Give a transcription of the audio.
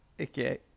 Okay